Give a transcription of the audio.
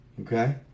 Okay